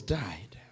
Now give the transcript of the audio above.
died